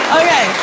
okay